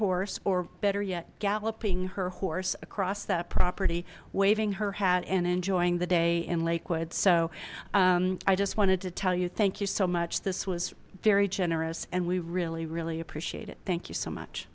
horse or better yet galloping her horse across that property waving her hat and enjoying the day in lakewood so i just wanted to tell you thank you so much this was very generous and we really really appreciate it thank you so much